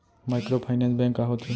Microfinance bank का होथे?